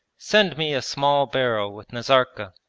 send me a small barrel with nazarka.